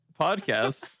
podcast